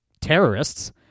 terrorists